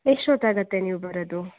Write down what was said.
ಎಷ್ಟು ಹೊತ್ತು ಆಗತ್ತೆ ನೀವು ಬರೋದು